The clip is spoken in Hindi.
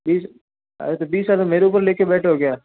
बीस अरे तो बीस सालों मेरे ऊपर ले के बैठे हो क्या